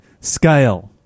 scale